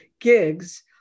gigs